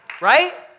right